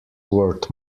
worth